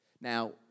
Now